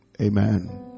amen